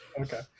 Okay